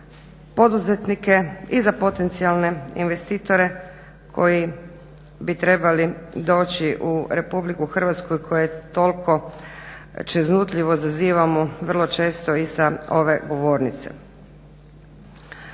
poduzetnike, i za potencijalne investitore koji bi trebali doći u RH i koje toliko čeznutljivo zazivamo vrlo često i sa ove govornice.